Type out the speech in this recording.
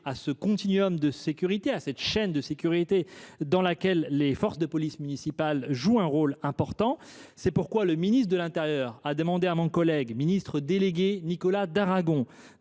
à ce continuum de sécurité, cette chaîne au sein de laquelle les forces de police municipale jouent un rôle important. C’est pourquoi le ministre de l’intérieur a demandé à Nicolas Daragon, ministre délégué chargé